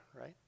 right